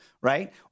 right